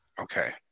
Okay